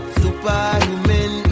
superhuman